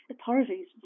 authorities